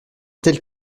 tel